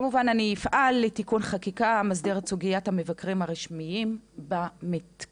כמובן שאני אפעל לתיקון חקיקה במסגרת סוגיית המבקרים הרשמיים במתקן.